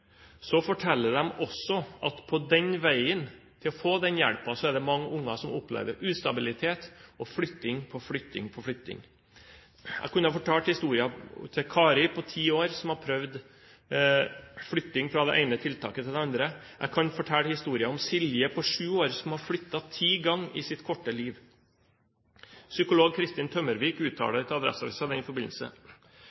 Så forteller de også at på veien til å få den hjelpen opplever mange unger ustabilitet og flytting på flytting på flytting. Jeg kunne ha fortalt historien til Kari på ti år, som har prøvd flytting fra det ene tiltaket til det andre. Jeg kunne ha fortalt historien til Silje på sju år, som har flyttet ti ganger i sitt korte liv. Psykolog Kristin Tømmervik